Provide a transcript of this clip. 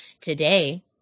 today